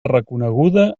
reconeguda